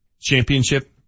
championship